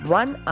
one